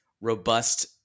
robust